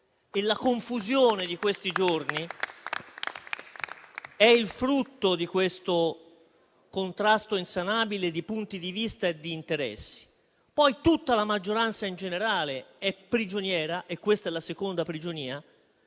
La confusione di questi giorni è il frutto di questo contrasto insanabile di punti di vista e di interessi. Poi, tutta la maggioranza in generale è prigioniera - e questa è la seconda prigionia